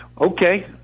okay